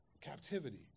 captivity